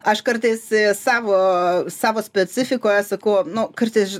aš kartais savo savo specifikoje sakau nu kartais